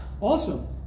awesome